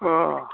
अ